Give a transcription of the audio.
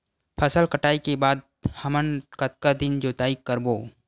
फसल कटाई के बाद हमन कतका दिन जोताई करबो?